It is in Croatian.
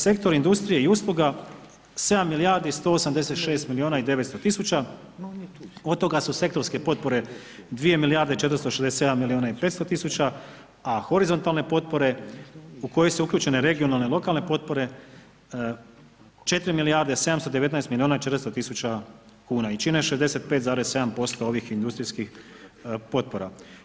Sektor industrije i usluga 7 milijardi 186 milijuna i 900 tisuća, od toga su sektorske potpore 2 milijarde i 467 milijuna i 500 tisuća a horizontalne potpore u koje su uključene regionalne, lokalne potpore 4 milijarde 719 milijuna i 400 tisuća kuna i čine 65,7% ovih industrijskih potpora.